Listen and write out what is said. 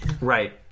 Right